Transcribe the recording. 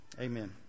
Amen